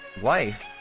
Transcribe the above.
wife